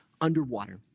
underwater